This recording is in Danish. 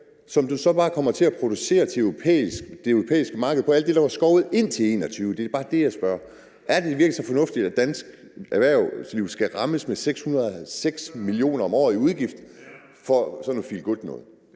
som du så bare kommer til at producere til det europæiske marked på al den jord, der var blevet skovet indtil 2021. Det er bare det, jeg spørger om. Er det virkelig så fornuftigt, at det danske erhvervsliv skal rammes med 606 mio. kr. om året i udgift for sådan noget feel good-noget?